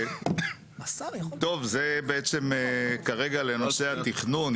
טוב, זה בעצם כרגע לנושא התכנון.